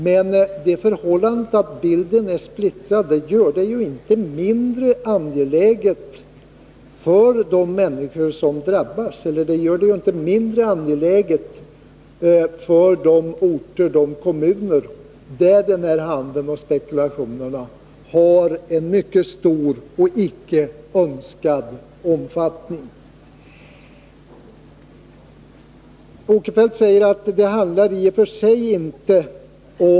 Men det förhållandet att bilden är splittrad gör det inte mindre angeläget för de människor som drabbas eller för de orter och kommuner där bostadsspekulationen har mycket stor och icke önskad omfattning att man kommer till rätta med missförhållandena.